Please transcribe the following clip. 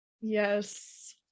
yes